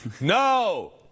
no